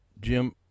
Jim